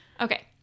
okay